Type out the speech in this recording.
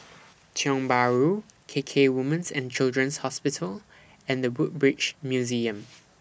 Tiong Bahru K K Women's and Children's Hospital and The Woodbridge Museum